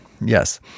yes